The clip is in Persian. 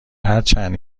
هرچند